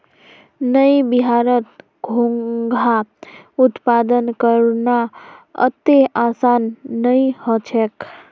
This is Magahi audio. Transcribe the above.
नइ बिहारत घोंघा उत्पादन करना अत्ते आसान नइ ह छेक